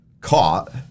caught